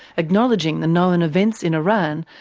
acknowledging the known events in iran,